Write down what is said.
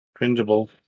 cringeable